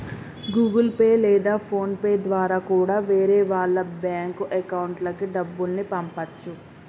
Google Pay లేదా PhonePe ద్వారా కూడా వేరే వాళ్ళ బ్యేంకు అకౌంట్లకి డబ్బుల్ని పంపచ్చు